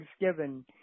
Thanksgiving